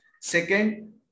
Second